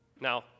Now